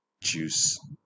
juice